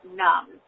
numb